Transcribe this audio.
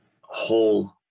whole